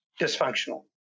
dysfunctional